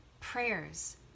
prayers